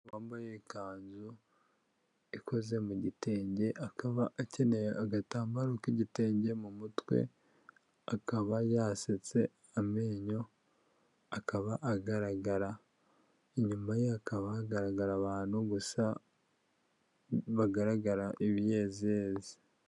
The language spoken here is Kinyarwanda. Umugore wambaye ikanzu ikoze mu gitenge akaba akenyeye agatambaro k'igitenge mu mutwe akaba yasetse, amenyo akaba agaragara, inyuma hakaba hagaragara abantu gusa bagaragara ibiyeziyezi.